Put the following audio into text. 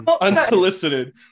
Unsolicited